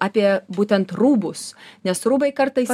apie būtent rūbus nes rūbai kartais